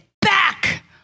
back